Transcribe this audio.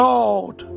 Lord